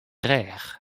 rêch